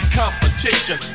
competition